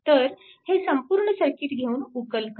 तर हे संपूर्ण सर्किट घेऊन उकल करा